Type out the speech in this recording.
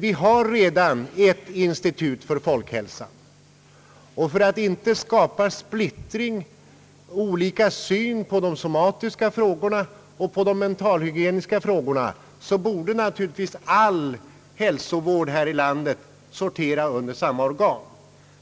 Vi har redan ett institut för folkhälsan, och för att inte skapa splittring, olika syn på de somatiska och mentalhygieniska frågorna, borde naturligtvis all hälsovård i landet sortera under samma organ.